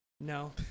No